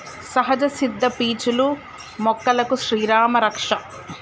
సహజ సిద్ద పీచులు మొక్కలకు శ్రీరామా రక్ష